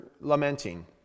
lamenting